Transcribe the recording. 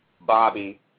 Bobby